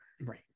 Right